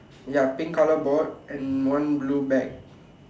ya pink colour board and one blue bag